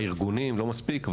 הארגונים לא מספיק,